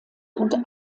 und